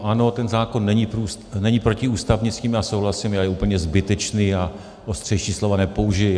Ano, ten zákon není protiústavní, s tím já souhlasím, a je úplně zbytečný a ostřejší slova nepoužiji.